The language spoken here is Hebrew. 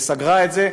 וסגרה את זה,